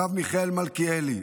הרב מיכאל מלכיאלי,